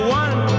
one